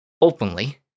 openly